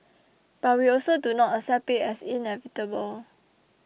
but we also do not accept it as inevitable